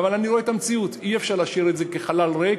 אבל אני רואה את המציאות: אי-אפשר להשאיר את זה כחלל ריק,